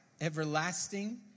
everlasting